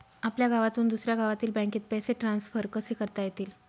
आपल्या गावातून दुसऱ्या गावातील बँकेत पैसे ट्रान्सफर कसे करता येतील?